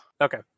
Okay